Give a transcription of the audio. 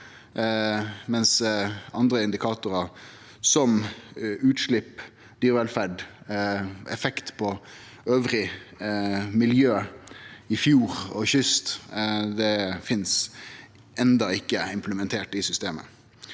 lus. Andre indikatorar, som utslepp, dyrevelferd og effekt på anna miljø i fjord og kyst, er enno ikkje implementert i systemet.